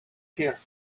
here